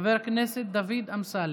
חבר הכנסת דוד אמסלם,